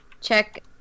Check